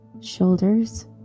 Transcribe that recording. shoulders